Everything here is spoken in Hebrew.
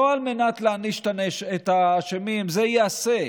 לא על מנת להעניש את האשמים, זה ייעשה,